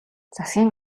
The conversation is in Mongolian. засгийн